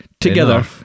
together